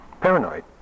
paranoid